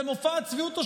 למופע הצביעות השני,